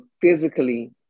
physically